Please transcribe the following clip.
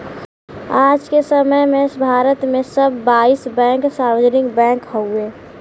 आज के समय में भारत में सब बाईस बैंक सार्वजनिक बैंक हउवे